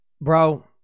bro